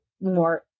more